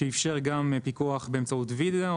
הוא איפשר גם פיקוח באמצעות וידאו,